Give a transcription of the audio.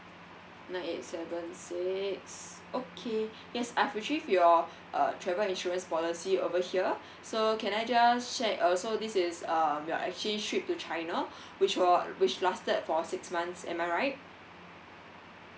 nine eight seven six okay yes I've retrieved your uh travel insurance policy over here so can I just check uh so this is um your actually trip to china which wa~ which lasted for six months am I right